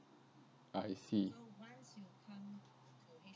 ah I see